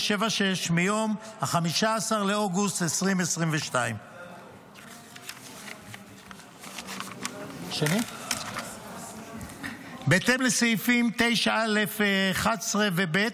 1576 מיום 15 באוגוסט 2022. בהתאם לסעיפים 9(א)(11) ו-(ב)